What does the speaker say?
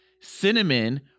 cinnamon